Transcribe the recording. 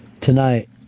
tonight